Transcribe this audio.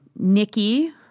Nikki